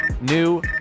New